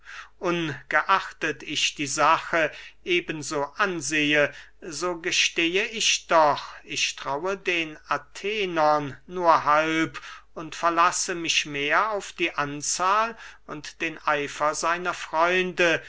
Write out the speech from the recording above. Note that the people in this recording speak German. ungeachtet ich die sache eben so ansehe so gestehe ich doch ich traue den athenern nur halb und verlasse mich mehr auf die anzahl und den eifer seiner freunde